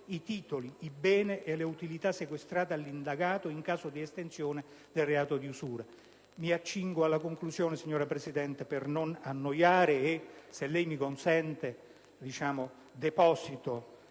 i titoli, i beni e le utilità sequestrati all'indagato, in caso di estinzione del reato di usura. Mi accingo alla conclusione, signora Presidente, e per non annoiare, se me lo consente, depositerò